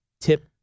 tip